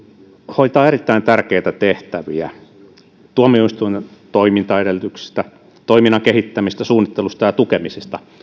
hoitaa erittäin tärkeitä tehtäviä se huolehtii tuomioistuinten toimintaedellytyksistä toiminnan kehittämisestä suunnittelusta ja tukemisesta